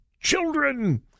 children